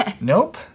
Nope